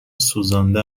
سوزانده